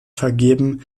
vergeben